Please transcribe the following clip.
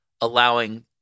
allowing –